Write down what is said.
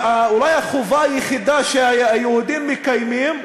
החובה היחידה שהיהודים מקיימים,